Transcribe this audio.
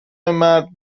مرد